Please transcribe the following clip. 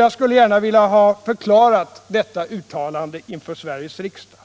Jag skulle gärna vilja få detta uttalande förklarat inför Sveriges riksdag.